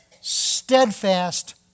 steadfast